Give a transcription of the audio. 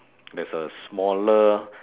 there's a smaller